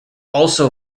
also